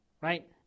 right